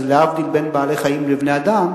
אז להבדיל בין בעלי-חיים לבני-אדם,